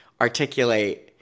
articulate